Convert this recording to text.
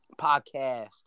podcast